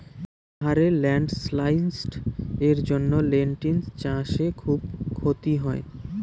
পাহাড়ে ল্যান্ডস্লাইডস্ এর জন্য লেনটিল্স চাষে খুব ক্ষতি হয়